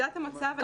מאוד שרירותי.